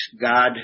God